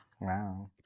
Wow